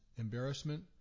embarrassment